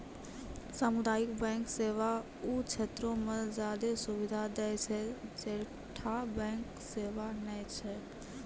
समुदायिक बैंक सेवा उ क्षेत्रो मे ज्यादे सुविधा दै छै जैठां बैंक सेबा नै छै